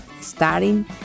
starting